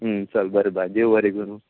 चल बरें बाय देव बरें करूं